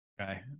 Okay